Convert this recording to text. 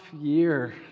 year